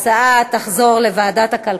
התוצאות הן: בעד, 23,